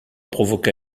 provoqua